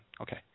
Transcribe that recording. Okay